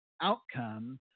outcome